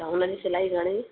हा हुननि जी सिलाई घणी